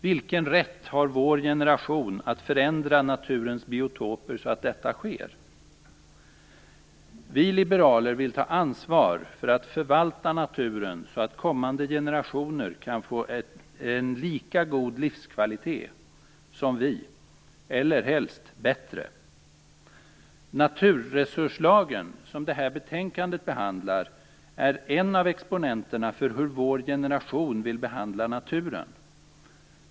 Vilken rätt har vår generation att förändra naturens biotoper så att detta sker? Vi liberaler vill ta ansvar för att förvalta naturen så att kommande generationer kan få en lika god livskvalitet som vi eller helst bättre. Naturresurslagen som det här betänkandet behandlar är en av exponenterna för hur vår generation vill behandla naturen.